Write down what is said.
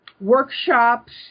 workshops